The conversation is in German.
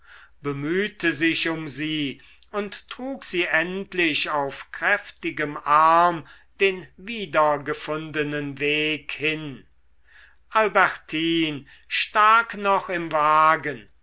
bemühte sich um sie und trug sie endlich auf kräftigem arm den wiedergefundenen weg hin albertine stak noch im wagen